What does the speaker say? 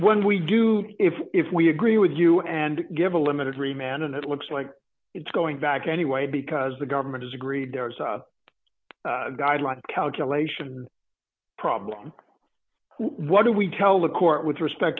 when we do if if we agree with you and give a limited free man and it looks like it's going back anyway because the government has agreed there is a guideline calculation problem what do we tell the court with respect